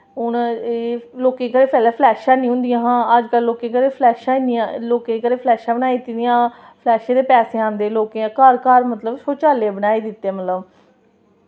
हून लोकें कोल पैह्लें फलैशां निं होंदियां हां अजकल लोकें घरै फलैशां इन्नियां लोकें घरैं फलैशां बनाई दित्ती दियां फलैशें दे पैसे औंदे लोकें दे घर मतलब शोचालय बनाई दित्ते मतलब